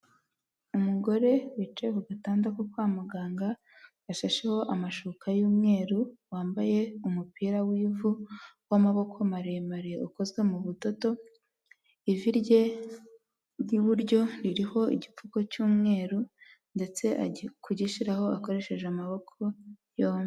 Umugore bicaye ku gatanda kwa muganga yashasheho amashuka y'umweru wambaye umupira w'ivu w'amaboko maremare ukozwe mu budodo ,ivi rye ry'iburyo ririho igipfuko cy'umweru ndetse agiye kugishyiraho akoresheje amaboko yombi.